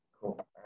Cool